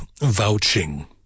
vouching